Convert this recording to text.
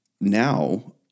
now